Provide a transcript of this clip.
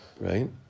right